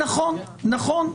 נכון, נכון.